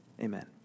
amen